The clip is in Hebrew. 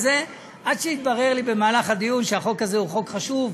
עד שהתברר לי במהלך הדיון שהחוק הזה הוא חוק חשוב,